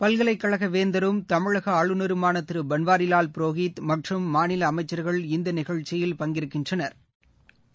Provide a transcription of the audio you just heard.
பல்கலைக்கழக வேந்தரும் தமிழக ஆளுநருமான திரு பன்வாரிவால் புரோஹித் மற்றும் மாநில அமைச்சா்கள் இந்த நிகழ்ச்சியில் பங்கேற்கின்றனா்